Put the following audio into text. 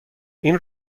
این